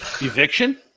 Eviction